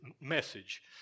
message